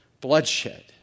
bloodshed